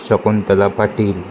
Shakuntala Patil